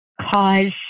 cause